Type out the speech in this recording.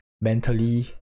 mentally